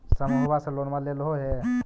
समुहवा से लोनवा लेलहो हे?